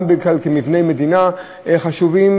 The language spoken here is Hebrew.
גם במבני מדינה חשובים,